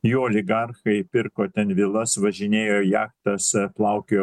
jų oligarchai pirko ten vilas važinėjo jachtas plaukiojo